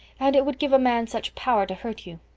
and it would give a man such power to hurt you.